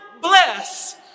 bless